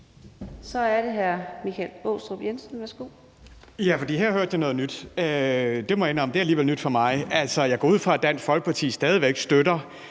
Kl. 16:21 Michael Aastrup Jensen (V): Her hørte jeg noget nyt. Det må jeg indrømme. Det er alligevel nyt for mig. Altså, jeg går ud fra, at Dansk Folkeparti stadig væk støtter,